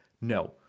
No